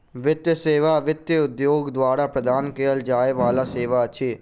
वित्तीय सेवा वित्त उद्योग द्वारा प्रदान कयल जाय बला सेवा अछि